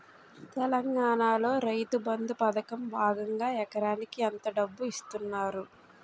తెలంగాణలో రైతుబంధు పథకం భాగంగా ఎకరానికి ఎంత డబ్బు ఇస్తున్నారు?